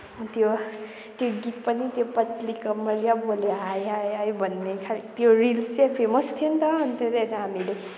त्यो गीत पनि त्यो पतली कमरिया मोरे हाइ हाइ भन्ने खा त्यो रिल्स चाहिँ फेमस थियो नि त अन्त त्यहाँदेखि हामीले